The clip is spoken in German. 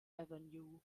avenue